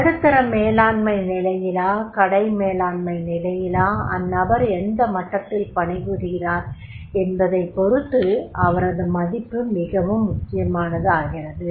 நடுத்தர மேலாண்மை நிலையிலா கடை மேலாண்மை நிலையிலா அந்நபர் எந்த மட்டத்தில் பணிபுரிகிறார் என்பதைப் பொருத்து அவரது மதிப்பு மிகவும் முக்கியமானதாகிறது